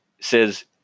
says